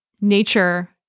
nature